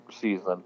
season